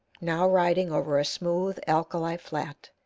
now riding over a smooth, alkali flat,